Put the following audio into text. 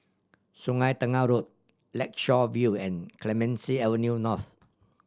Sungei Tengah Road Lakeshore View and Clemenceau Avenue North